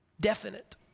Definite